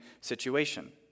situation